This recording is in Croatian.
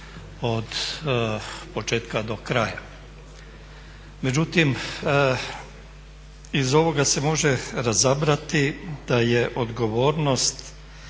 od početka do kraja. Međutim iz ovoga se može razabrati da je odgovornost